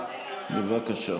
בבקשה.